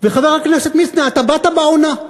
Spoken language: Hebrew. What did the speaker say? וחבר הכנסת מצנע, אתה באת בעונה,